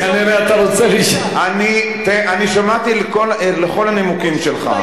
אני שמעתי את כל הנימוקים שלך.